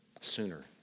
sooner